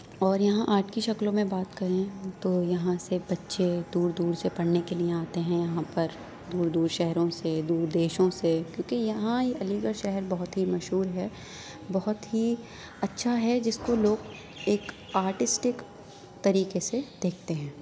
اور یہاں آٹ کی شکلوں میں بات کریں تو یہاں سے بچے دور دور سے پڑھنے کے لیے آتے ہیں یہاں پر دور دور شہروں سے دور دیشوں سے کیونکہ یہاں یہ علی گڑھ شہر بہت ہی مشہور ہے بہت ہی اچھا ہے جس کو لوگ ایک آرٹسٹک طریقے سے دیکھتے ہیں